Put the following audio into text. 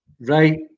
Right